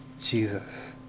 Jesus